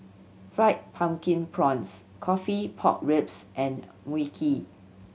Fried Pumpkin Prawns coffee pork ribs and Mui Kee